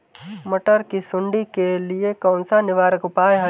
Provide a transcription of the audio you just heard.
मटर की सुंडी के लिए कौन सा निवारक उपाय है?